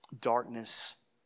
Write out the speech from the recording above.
Darkness